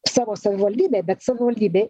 savo savivaldybėj bet savivaldybėj